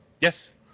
Yes